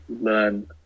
learn